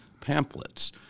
pamphlets